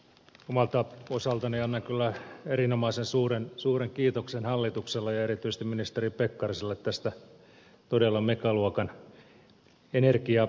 omalta osaltani annan kyllä erinomaisen suuren kiitoksen hallitukselle ja erityisesti ministeri pekkariselle tästä todella megaluokan energiakokonaisuudesta